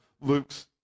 Luke's